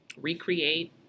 recreate